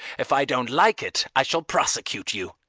if i don't like it, i shall prosecute you,